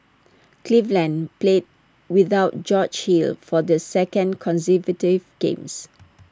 cleveland played without George hill for the second games